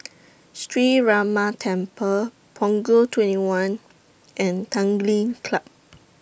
Sree Ramar Temple Punggol twenty one and Tanglin Club